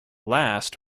last